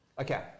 okay